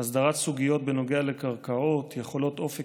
הסדרת סוגיות בנוגע לקרקעות, יכולות אופק